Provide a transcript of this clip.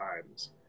times